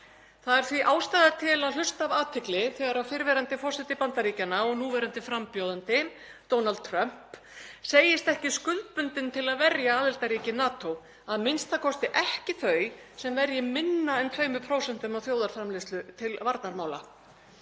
Það er því ástæða til að hlusta af athygli þegar fyrrverandi forseti Bandaríkjanna og núverandi frambjóðandi, Donald Trump, segist ekki skuldbundinn til að verja aðildarríki NATO, a.m.k. ekki þau sem verji minna en 2% af þjóðarframleiðslu til varnarmála.